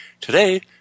Today